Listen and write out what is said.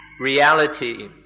reality